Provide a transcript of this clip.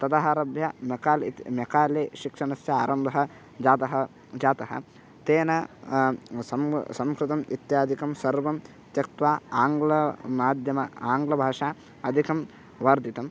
ततः आरभ्य मेकाले इति म्यकाले शिक्षणस्य आरम्भः जातः जातः तेन सं संस्कृतम् इत्यादिकं सर्वं त्यक्त्वा आङ्ग्लमाध्यमे आङ्ग्लभाषा अधिकं वर्धितम्